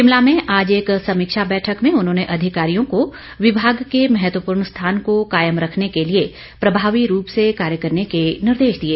शिमला में आज एक समीक्षा बैठक में उन्होंने अधिकारियों को विभाग के महत्वपूर्ण स्थान को कायम रखने के लिए प्रभावी रूप से कार्य करने के निर्देश दिए